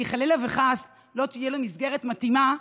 כי חלילה וחס, לא תהיה לו מסגרת מתאימה,